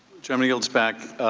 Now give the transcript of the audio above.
chairman yields back.